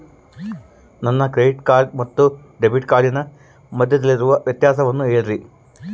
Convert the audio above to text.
ನನಗೆ credit card ಮತ್ತು debit ಕಾರ್ಡಿನ ಮಧ್ಯದಲ್ಲಿರುವ ವ್ಯತ್ಯಾಸವನ್ನು ಹೇಳ್ರಿ?